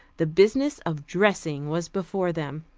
the business of dressing was before them.